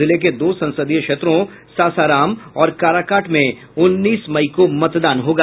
जिले के दो संसदीय क्षेत्रों सासाराम और काराकाट में उन्नीस मई को मतदान होगा